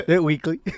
weekly